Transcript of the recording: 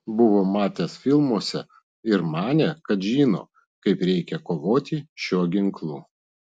buvo matęs filmuose ir manė kad žino kaip reikia kovoti šiuo ginklu